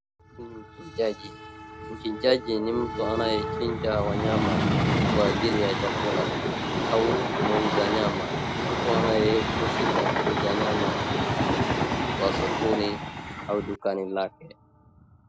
Huyu ni mchijaji, mchijaji ni mtu anayechija wanyama kwa ajili ya chakula au muuza nyama. Mtu anayehusika kuuza nyama kwa sokoni au dukani lake.